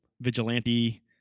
vigilante